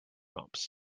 bumps